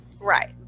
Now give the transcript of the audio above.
Right